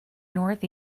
north